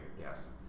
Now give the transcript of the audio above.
Yes